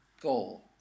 Goal